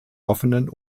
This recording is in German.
offenen